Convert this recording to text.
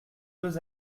deux